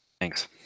Thanks